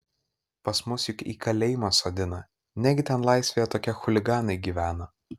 pas mus juk į kalėjimą sodina negi ten laisvėje tokie chuliganai gyvena